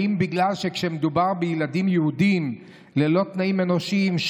האם בגלל שכשמדובר בילדים יהודים ללא תנאים אנושיים,